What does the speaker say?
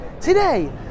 Today